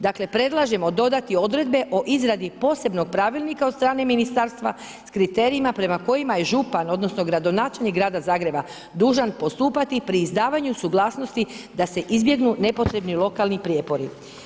Dakle, predlažemo dodati odredbe o izradi posebnog pravilnika od strane ministarstva s kriterijima prema kojima je župan odnosno gradonačelnik Grada Zagreba dužan postupati pri izdavanju suglasnosti da se izbjegnu nepotrebni lokalni prijepori.